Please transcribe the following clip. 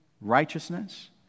righteousness